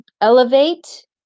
elevate